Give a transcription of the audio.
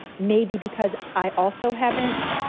maybe because i also haven't,